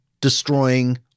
destroying